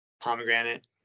pomegranate